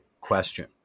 question